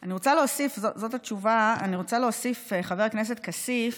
במטרה לחזק את המוכנות והכשירות הלאומית לטיפול בתקריות של זיהום ים